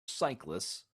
cyclists